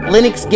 Linux